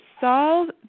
solve